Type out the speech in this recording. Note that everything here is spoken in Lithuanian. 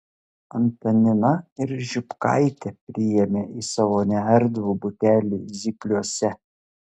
antanina ir žiupkaitę priėmė į savo neerdvų butelį zypliuose